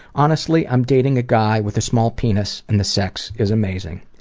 honestly, i'm dating a guy with a small penis and the sex is amazing.